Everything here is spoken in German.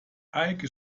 eike